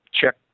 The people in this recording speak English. check